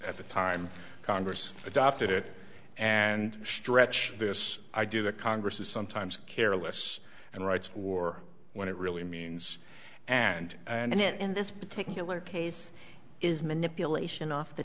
at the time congress adopted it and stretch this idea the congress is sometimes careless and writes war when it really means and and it in this particular case is manipulation off the